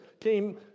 came